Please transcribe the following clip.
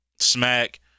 Smack